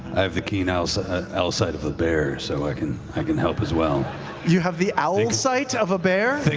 i have the keen owl so ah owl sight of a bear so i can i can help as well. sam you have the owl sight of a bear,